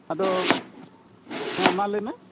ᱟᱫᱚ ᱦᱮᱸ ᱢᱟ ᱞᱟᱹᱭᱢᱮ